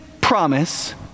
promise